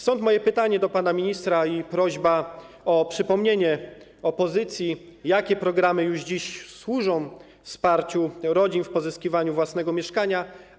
Stąd moje pytanie do pana ministra i prośba o przypomnienie opozycji, jakie programy już dziś służą wsparciu rodzin w pozyskiwaniu własnego mieszkania.